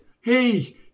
Hey